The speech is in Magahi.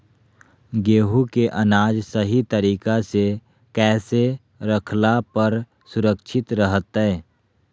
गेहूं के अनाज सही तरीका से कैसे रखला पर सुरक्षित रहतय?